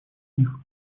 них